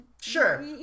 Sure